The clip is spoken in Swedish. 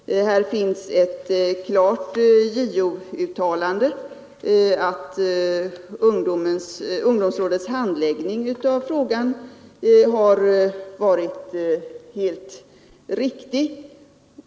Det finns också ett klart uttalande av JO om att ungdomsrådets handläggning av denna fråga har varit helt riktig.